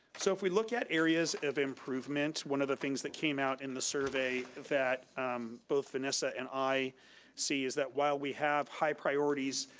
so if we look at areas of improvement, one of the things that came out in the survey that both vanessa and i see, is that while we have high priorities,